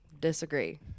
disagree